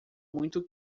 muito